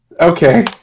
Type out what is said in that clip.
okay